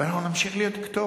ואנחנו נמשיך להיות כתובת,